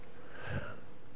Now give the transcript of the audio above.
כבוד היושב-ראש,